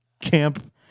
camp